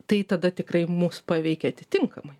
tai tada tikrai mus paveikia atitinkamai